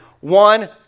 One